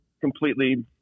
completely